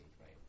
right